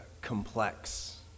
complex